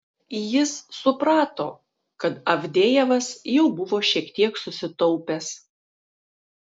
jis suprato kad avdejevas jau buvo šiek tiek susitaupęs